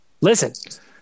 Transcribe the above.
Listen